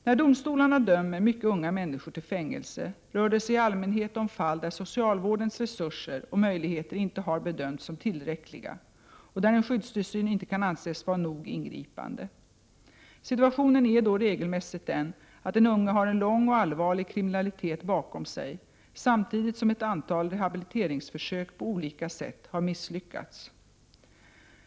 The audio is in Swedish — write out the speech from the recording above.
När domstolarna dömer mycket unga människor till fängelse rör det sig i allmänhet om fall där socialvårdens resurser och möjligheter inte har bedömts som tillräckliga och där en skyddstillsyn inte kan anses vara nog ingripande. Situationen är då regelmässigt den att den unge har en lång och allvarlig kriminalitet bakom sig samtidigt som ett antal rehabiliteringsförsök på olika sätt har misslyckats.